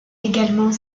également